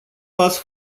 pas